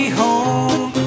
home